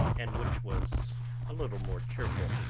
and which was a little more cheerful,